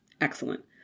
Excellent